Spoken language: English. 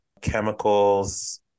chemicals